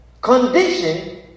condition